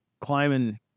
climbing